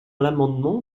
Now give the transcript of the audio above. l’amendement